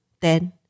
ten